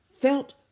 felt